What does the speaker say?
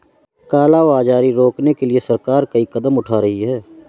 काला बाजारी रोकने के लिए सरकार कई कदम उठा रही है